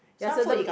ya certain